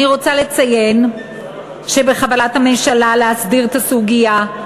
אני רוצה לציין שבכוונת הממשלה להסדיר את הסוגיה,